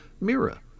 Mira